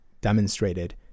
demonstrated